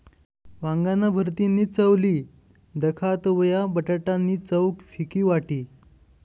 वांगाना भरीतनी चव ली दखा तवयं बटाटा नी चव फिकी वाटी